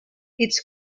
its